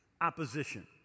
opposition